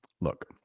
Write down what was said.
Look